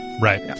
Right